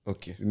Okay